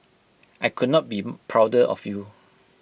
I could not be prouder of you